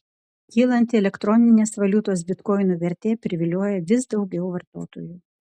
kylanti elektroninės valiutos bitkoinų vertė privilioja vis daug vartotojų